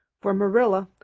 for marilla,